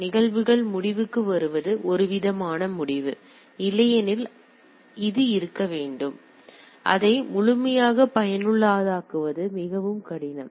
நிகழ்வுகள் முடிவுக்கு வருவது ஒருவிதமான முடிவு இல்லையெனில் அது இருக்க வேண்டும் அதை முழுமையாக பயனுள்ளதாக்குவது மிகவும் கடினம்